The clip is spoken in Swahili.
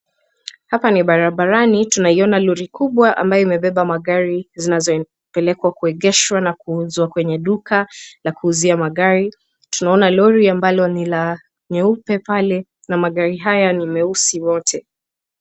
Hapa ni barabarani tunaiona lori kubwa ambayo imebeba magari zinazo pelekwa kuegeshwa na kuuzwa kwenye duka la kuuzia magari. Tunaona lori ambalo ni la nyeupe pale na magari haya ni meusi yote.